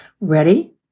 Ready